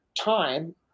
time